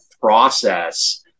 process